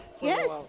yes